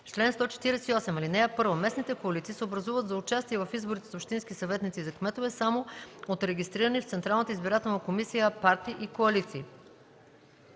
Чл. 148. (1) Местните коалиции се образуват за участие в изборите за общински съветници и за кметове само от регистрирани в Централната избирателна комисия партии и коалиции.